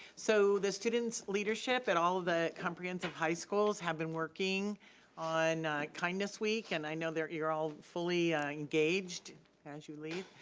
so, the students leadership at all the comprehensive high schools have been working on kindness week and i know that you're all fully engaged as you leave,